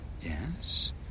Yes